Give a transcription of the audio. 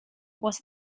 was